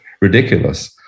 ridiculous